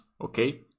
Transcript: okay